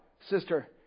sister